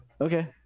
okay